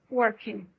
working